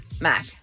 Mac